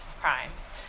crimes